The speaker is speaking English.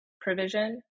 provision